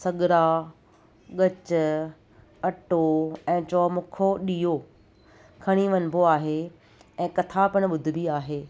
सॻड़ा ॻच अटो ऐं चौ मुखो ॾीयो खणी वञिबो आहे ऐं कथा पिणु ॿुधिबी आहे